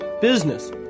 business